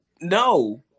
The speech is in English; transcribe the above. no